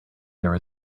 there